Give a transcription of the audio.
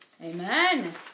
Amen